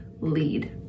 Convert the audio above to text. lead